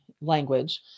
language